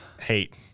hate